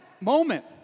moment